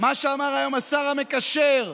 מה שאמר היום השר המקשר,